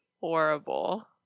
horrible